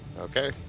Okay